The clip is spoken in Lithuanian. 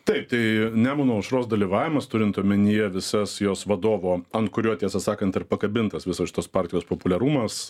taip tai nemuno aušros dalyvavimas turint omenyje visas jos vadovo ant kurio tiesą sakant ir pakabintas visas šitos partijos populiarumas